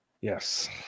Yes